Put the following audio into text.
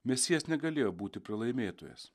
mesijas negalėjo būti pralaimėtojas